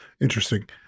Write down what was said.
Interesting